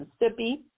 Mississippi